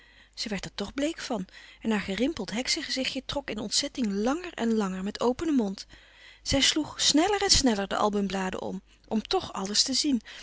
zij werd er toch bleek van en haar gerimpeld heksegezichtje trok in ontzetting langer en langer met openen mond zij sloeg sneller en sneller de albumbladen om om toch alles te zien